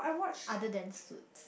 other than Suits